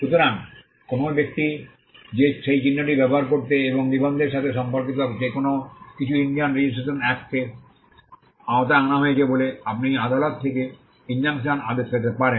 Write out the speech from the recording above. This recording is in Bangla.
সুতরাং কোনও ব্যক্তি সেই চিহ্নটি ব্যবহার করতেএবং নিবন্ধের সাথে সম্পর্কিত যে কোনও কিছু ইন্ডিয়ান রেজিস্ট্রেশন একট -এর আওতায় আনা হয়েছে বলে আপনি আদালত থেকে ইনজাংকশন আদেশ পেতে পারেন